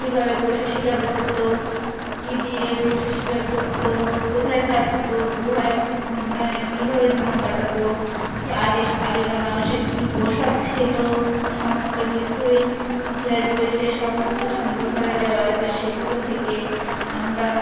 কীভাবে পশু শিকার করতো কী দিয়ে পশু শিকার করতো কোথায় থাকতো গুহায় কীভাবে জীবন কাটাতো কি আগে আগেরকার মানুষের কী পোশাক ছিল সমস্ত কিছুই ইতিহাস বইতে সবকিছু সুন্দরভাবে দেওয়া আছে সেগুলো থেকে আমরা